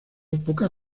poca